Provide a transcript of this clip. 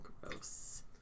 gross